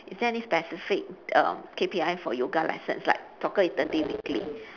is there any specific err K_P_I for yoga lessons like soccer is thirty weekly